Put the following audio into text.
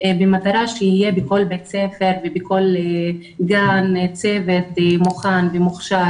במטרה שיהיה בכל בית ספר ובכל גן צוות מוכן ומוכשר